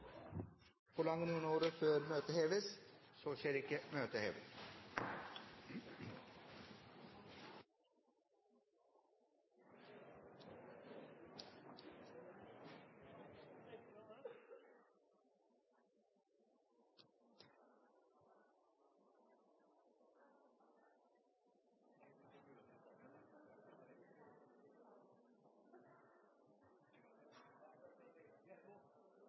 Forlanger noen ordet før møtet er hevet? – Møtet er hevet.